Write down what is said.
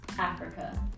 Africa